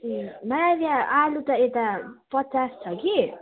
ए भाइ अहिले आलु त एता पचास छ कि